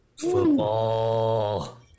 Football